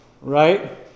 right